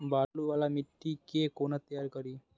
बालू वाला मिट्टी के कोना तैयार करी?